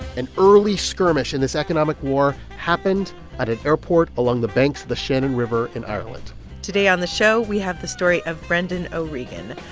an early skirmish in this economic war happened at an airport along the banks of the shannon river in ireland today on the show, we have the story of brendan o'regan,